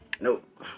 Nope